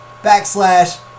backslash